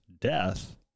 death